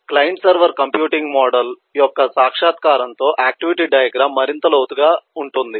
client server computing model యొక్క సాక్షాత్కారంతో activity diagram మరింత లోతుగా ఉంటుంది